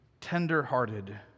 tender-hearted